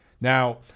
now